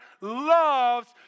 loves